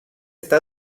está